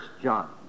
John